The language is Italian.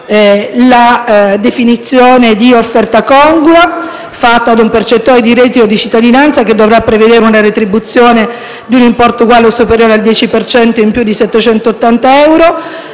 la definizione di offerta congrua fatta a un percettore di reddito di cittadinanza, che dovrà prevedere una retribuzione di importo uguale o superiore al 10 per cento in più di 780 euro.